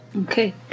Okay